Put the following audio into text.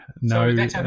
No